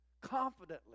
confidently